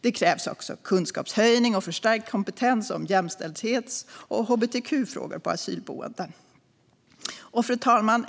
Det krävs också kunskapshöjning och förstärkt kompetens om jämställdhets och hbtq-frågor på asylboenden. Fru talman!